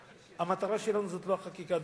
המטרה שלנו זאת לא החקיקה,